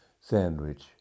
sandwich